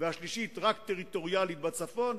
והשלישית רק טריטוריאלית בצפון,